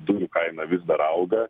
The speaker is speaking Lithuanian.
dujų kaina vis dar auga